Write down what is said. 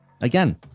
Again